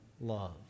love